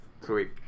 sweet